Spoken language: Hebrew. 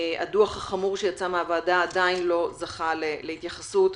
הדוח החמור שיצא מהוועדה עדיין לא זכה להתייחסות.